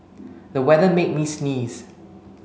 the weather made me sneeze